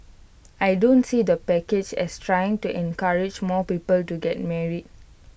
I don't see the package as trying to encourage more people to get married